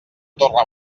torre